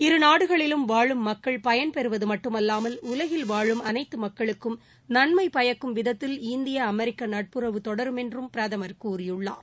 இருநாடுகளிலும் வாழும் மக்கள் பயன்பெறுவது மட்டுமல்லாமல் உலகில் வாழும் அனைத்து மக்களுக்கும் நன்மை பயக்கும் விதத்தில் இந்திய அமெரிக்க நட்புறவு தொடரும் என்றும் பிரதமா் கூறியுள்ளார்